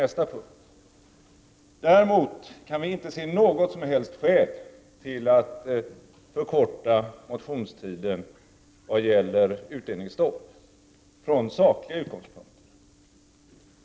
Däremot kan vi från sakliga utgångspunkter inte se något som helst skäl till att förkorta motionstiden i vad gäller utdelningsstopp.